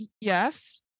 yes